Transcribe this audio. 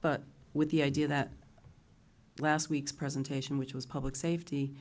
but with the idea that last week's presentation which was public safety